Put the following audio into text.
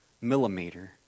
millimeter